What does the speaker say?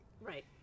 Right